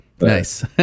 nice